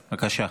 בבקשה.